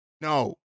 No